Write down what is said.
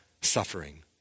suffering